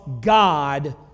God